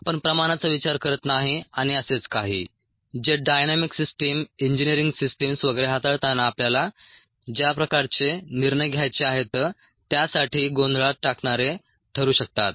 आपण प्रमाणाचा विचार करत नाही आणि असेच काही जे डायनॅमिक सिस्टीम इंजिनीअरिंग सिस्टम्स वगैरे हाताळताना आपल्याला ज्या प्रकारचे निर्णय घ्यायचे आहेत त्यासाठी गोंधळात टाकणारे ठरू शकतात